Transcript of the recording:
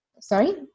sorry